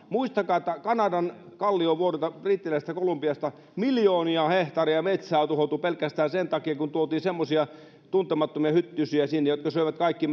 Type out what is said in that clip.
muistakaa että kanadan kalliovuorilta brittiläisestä kolumbiasta miljoonia hehtaareja metsää tuhoutui pelkästään sen takia kun tuotiin sinne semmoisia tuntemattomia hyttysiä jotka söivät kaikki